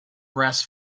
brass